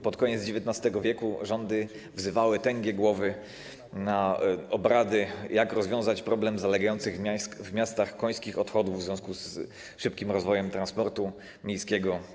Pod koniec XIX w. rządy wzywały tęgie głowy na obrady, jak rozwiązać problem zalegających w miastach końskich odchodów w związku z szybkim rozwojem transportu miejskiego.